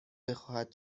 بخواهد